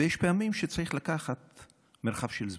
ויש פעמים שצריך לקחת מרחב של זמן.